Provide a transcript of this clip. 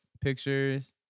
pictures